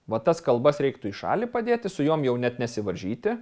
va tas kalbas reiktų į šalį padėti su jom jau net nesivaržyti